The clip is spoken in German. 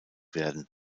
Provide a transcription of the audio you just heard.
werden